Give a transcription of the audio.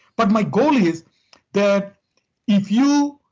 but my goal is that if you.